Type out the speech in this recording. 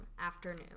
Afternoon